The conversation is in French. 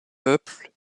peuple